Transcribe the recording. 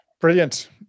brilliant